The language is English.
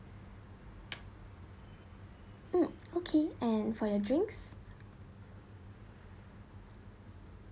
mm okay and for your drinks